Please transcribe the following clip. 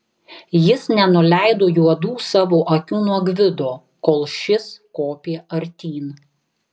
jis nenuleido juodų savo akių nuo gvido kol šis kopė artyn